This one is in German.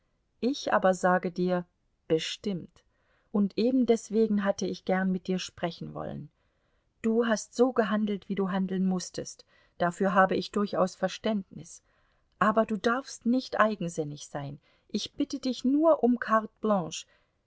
ich aber sage dir bestimmt und ebendeswegen hatte ich gern mit dir sprechen wollen du hast so gehandelt wie du handeln mußtest dafür habe ich durchaus verständnis aber du darfst nicht eigensinnig sein ich bitte dich nur um carte blanche